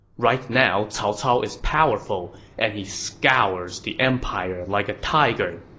right now, cao cao is powerful and he scours the empire like a tiger.